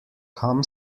kam